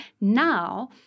Now